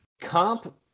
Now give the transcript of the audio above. Comp